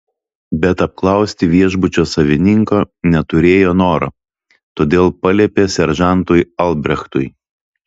bet apklausti viešbučio savininko neturėjo noro todėl paliepė seržantui albrechtui